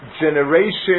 generation